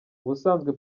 ubusanzwe